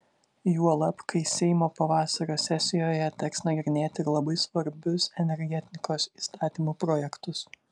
juolab kai seimo pavasario sesijoje teks nagrinėti ir labai svarbius energetikos įstatymų projektus